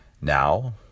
Now